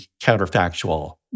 counterfactual